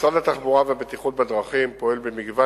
משרד התחבורה והבטיחות בדרכים פועל במגוון